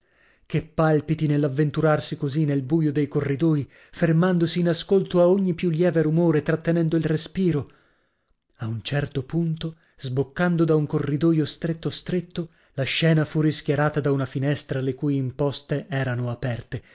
che palpiti nell'avventurarsi così nel buio dei corridoi fermandosi in ascolto a ogni più lieve rumore trattenendo il respiro a un certo punto sboccando da un corridoio stretto stretto la scena fu rischiarata da una finestra le cui imposte erano aperte